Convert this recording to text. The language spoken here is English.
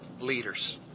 leaders